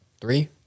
three